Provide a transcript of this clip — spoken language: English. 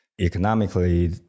Economically